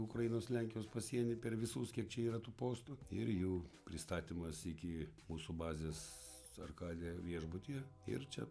ukrainos lenkijos pasienį per visus kiek čia yra tų postų ir jų pristatymas iki mūsų bazės arkade viešbutyje ir čia